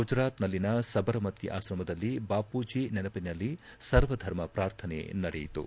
ಗುಜರಾತ್ನಲ್ಲಿನ ಸಬರಮತಿ ಆಕ್ರಮದಲ್ಲಿ ಬಾಪೂಜಿ ನೆನಪಿನಲ್ಲಿ ಸರ್ವಧರ್ಮ ಪ್ರಾರ್ಥನೆ ನಡೆಯಿತು